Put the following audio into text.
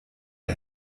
der